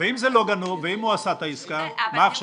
ואם זה לא גנוב, ואם הוא עשה את העסקה, מה עכשיו?